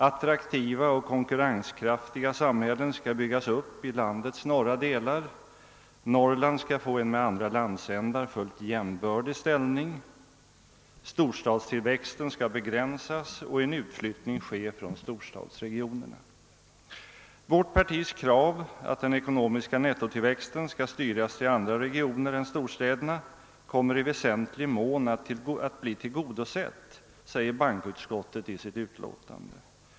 Attraktiva och konkurrenskraftiga samhällen skall byggas upp i landets norra delar, Norrland skall få en med andra landsändar fullt jämbörlig ställning, storstadstillväxten skall begränsas och en utflyttning ske från storstadsregionerna. Bankoutskottet uttalar i sitt förevarande utlåtande nr 40 att vårt partis krav att den ekonomiska nettotillväxten skall styras till andra regioner än storstäderna i väsentlig mån kommer att bli tillgodosett.